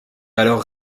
alors